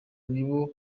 nibo